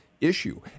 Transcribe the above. Issue